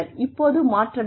இப்போது மாற்ற வேண்டும்